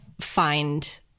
find